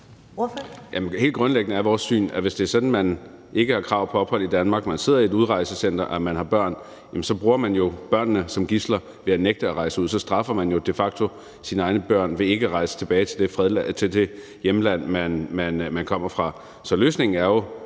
helt grundlæggende er vores syn, at hvis det er sådan, at man ikke har krav på ophold i Danmark, at man sidder i et udrejsecenter og har børn, så bruger man jo børnene som gidsler ved at nægte at rejse ud; så straffer man de facto sine egne børn ved ikke at rejse tilbage til det hjemland, man kommer fra. Så løsningen er jo